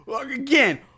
Again